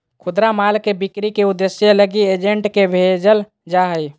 खुदरा माल के बिक्री के उद्देश्य लगी एजेंट के भेजल जा हइ